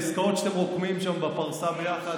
העסקאות שאתם רוקמים שם בפרסה ביחד